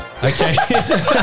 Okay